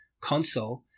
console